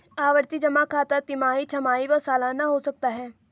आवर्ती जमा खाता तिमाही, छमाही व सलाना हो सकता है